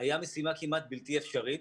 היה משימה כמעט בלתי אפשרית.